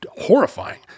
horrifying